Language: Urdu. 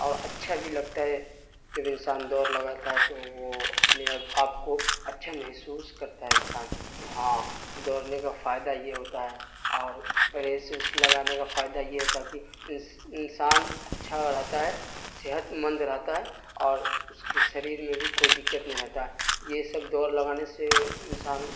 اور اچھا بھی لگتا ہے جب انسان دوڑ لگاتا ہے تو وہ اپنے آپ کو اچھا محسوس کرتا ہے انسان ہاں دوڑنے کا فائدہ یہ ہوتا ہے اور ریس ووس لگانے کا فائدہ یہ ہوتا ہے کہ اس انسان اچھا رہتا ہے صحت مند رہتا ہے اور اس کے شریر میں بھی کوئی دقت نہیں رہتا ہے یہ سب دوڑ لگانے سے انسان